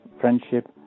friendship